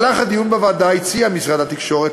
במהלך הדיון בוועדה הציע משרד התקשורת